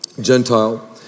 Gentile